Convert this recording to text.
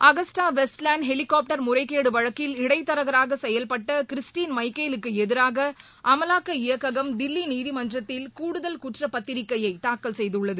Agusta Westland helicopter முறைகேடு வழக்கில் இடைத்தரகராக செயல்பட்ட கிறிஸ்டின் மைக்கேலுக்கு எதிராக அமலாக்க இயக்ககம் தில்லி நீதிமன்றத்தில் கூடுதல் குற்றப்பத்திரிகையை தாக்கல் செய்துள்ளது